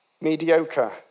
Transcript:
mediocre